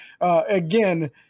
again